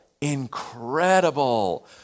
incredible